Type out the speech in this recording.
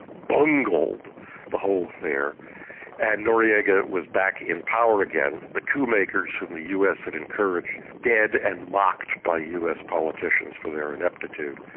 bungled the whole affair and noriega was back in power again, the coup makers who but the us had encouraged dead and mocked by us politicians for their ineptitude,